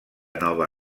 nova